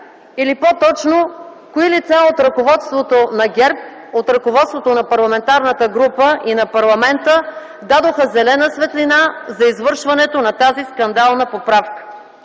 Или по-точно кои лица от ръководството на ГЕРБ, от ръководството на парламентарната група и на парламента дадоха зелена светлина за извършването на тази скандална поправка.